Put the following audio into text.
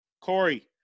Corey